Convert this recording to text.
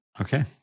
Okay